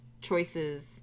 choices